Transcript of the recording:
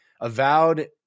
avowed